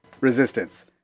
resistance